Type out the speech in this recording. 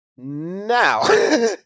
Now